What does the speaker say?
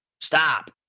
Stop